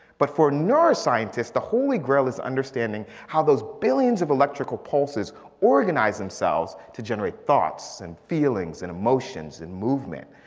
but for neuroscientists, the holy grail is understanding how those billions of electrical pulses organize themselves to generate thoughts, and feelings, and emotions, and movement.